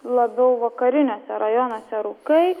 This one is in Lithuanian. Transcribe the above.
labiau vakariniuose rajonuose rūkai